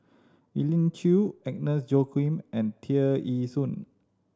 Elim Chew Agnes Joaquim and Tear Ee Soon